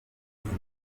n’uko